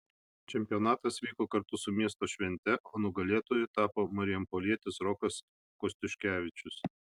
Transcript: čempionatas vyko kartu su miesto švente o nugalėtoju tapo marijampolietis rokas kostiuškevičius